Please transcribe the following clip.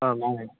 ꯑꯥ ꯃꯥꯅꯦ